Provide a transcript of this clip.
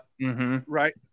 Right